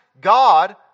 God